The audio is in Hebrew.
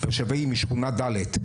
משכונה ד'.